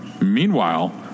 Meanwhile